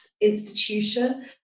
institution